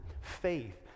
faith